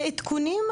זה עדכונים.